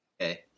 okay